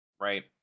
right